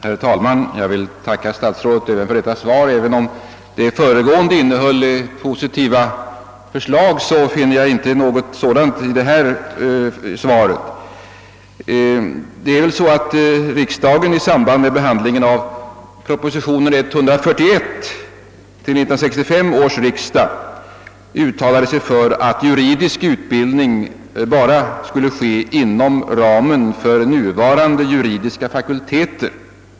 Herr talman! Jag vill tacka statsrådet också för detta svar. Men om det föregående svaret innehöll positiva förslag, så finner jag inga sådana i det nu avgivna. 1965 års riksdag för att juridisk utbildning endast skall ske inom ramen för nuvarande juridiska fakulteter.